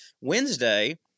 Wednesday